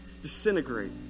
disintegrate